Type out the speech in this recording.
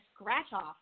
scratch-off